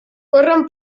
corren